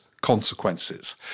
consequences